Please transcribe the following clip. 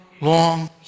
long